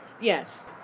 Yes